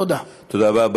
תודה רבה.